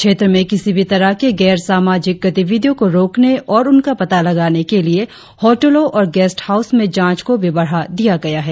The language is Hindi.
क्षेत्र में किसी भी तरह के गैर सामाजिक गतिविधियो को रोकने और उनका पता लगाने के लिए हाँटलो और गेस्ट हाउस में जाँच को भी बढ़ा दिया गया है